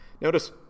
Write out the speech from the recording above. Notice